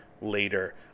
later